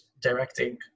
directing